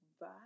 Bye